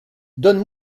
donne